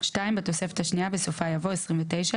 ; (2) בתוספת השנייה, בסופה יבוא: "29.